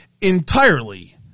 entirely